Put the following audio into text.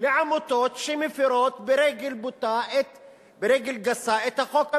לעמותות שמפירות ברגל גסה את החוק הבין-לאומי,